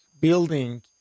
building